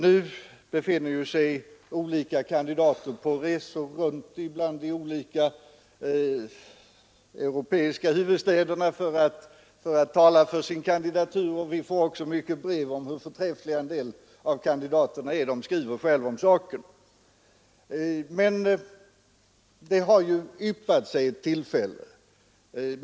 Nu befinner sig olika kandidater på resor runt bland de europeiska huvudstäderna för att tala för sin kandidatur. Vi får många brev om hur förträffliga en del kandidater är; de skriver själva om saken. Samtidigt har det yppat sig ett tillfälle.